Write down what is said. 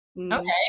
Okay